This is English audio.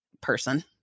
person